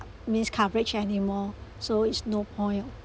news coverage anymore so it's no point oh